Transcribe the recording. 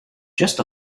just